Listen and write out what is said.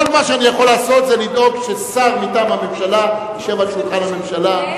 כל מה שאני יכול לעשות זה לדאוג ששר מטעם הממשלה ישב ליד שולחן הממשלה.